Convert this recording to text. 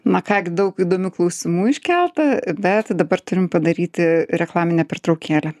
na kągi daug įdomių klausimų iškelta bet dabar turim padaryti reklaminę pertraukėlę